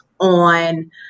on